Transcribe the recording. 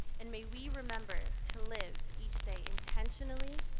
and may we remember to live each day intentionally